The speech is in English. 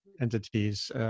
entities